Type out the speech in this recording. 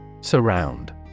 Surround